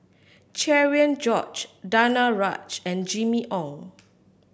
Cherian George Danaraj and Jimmy Ong